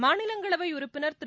மாநிலங்களவை உறுப்பினர் திரு